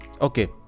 okay